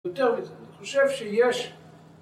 ‫יותר מזה, אני חושב שיש.